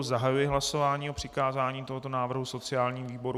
Zahajuji hlasování o přikázání tohoto návrhu sociálnímu výboru.